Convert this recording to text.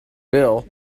bill